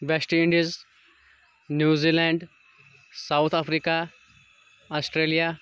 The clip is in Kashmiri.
waste Indies New Zealand South Africa Australia